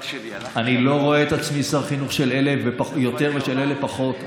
אני לא רואה את עצמי שר חינוך של אלה יותר ושל אלה פחות.